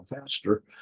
faster